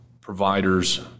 providers